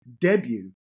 debut